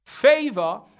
Favor